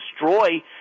destroy